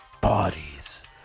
bodies